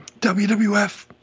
WWF